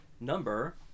number